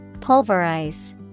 Pulverize